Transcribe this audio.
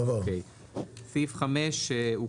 הצבעה בעד, 5 נגד, 0 נמנעים, אין אושר.